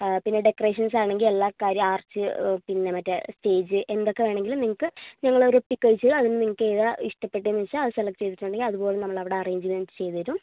പിന്നെ ഡെക്കറേഷൻസ് ആണെങ്കിൽ എല്ലാ കാര്യം ആർച്ച് പിന്നെ മറ്റേ സ്റ്റേജ് എന്തൊക്കെ വേണമെങ്കിലും നിങ്ങൾക്ക് ഞങ്ങൾ ഒരു പിക്ക് അയച്ച് അതിൽനിന്ന് നിങ്ങൾക്ക് ഏതാ ഇഷ്ട്ടപ്പെട്ടതെന്ന് വെച്ചാൽ അത് സെലക്ട് ചെയ്തിട്ടുണ്ടെങ്കിൽ അതുപോലെ നമ്മളവിടെ അറേഞ്ച്മെന്റ്സ് ചെയ്തുതരും